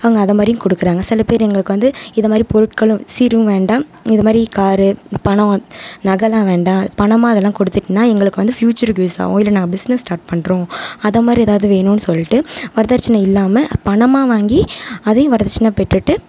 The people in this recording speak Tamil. அவங்க அது மாதிரியும் கொடுக்குறாங்க சில பேர் எங்களுக்கு வந்து இதை மாதிரி பொருட்களும் சீரும் வேண்டாம் இது மாதிரி காரு பணம் நகைலாம் வேண்டாம் பணமாக இதெல்லாம் கொடுத்துவிட்டீங்கன்னா எங்களுக்கு வந்து பியூச்சருக்கு யூஸ் ஆகும் இல்லை நாங்கள் பிஸ்னஸ் ஸ்டார்ட் பண்ணுறோம் அதை மாதிரி ஏதாவது வேணும்னு சொல்லிட்டு வரதட்சணை இல்லாமல் பணமாக வாங்கி அதையும் வரதட்சணையாக பெற்றுவிட்டு